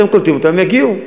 אתם קולטים אותם, הם יגיעו.